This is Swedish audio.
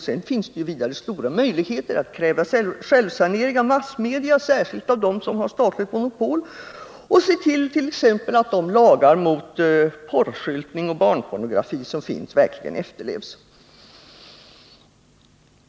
Sedan finns det stora möjligheter att kräva självsanering av massmedia, särskilt av dem som har statligt monopol, och att se till att exempelvis de lagar mot porrskyltning och barnpornografi som finns verkligen efterlevs.